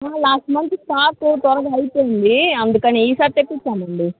last month stock త్వరగా అయిపొయింది అందుకని ఈ సారి తెప్పించాము అండి